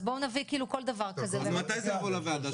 אז בוא נביא כל דבר כזה --- מתי זה יבוא לוועדה?